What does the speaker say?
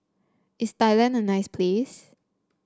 is Thailand a nice place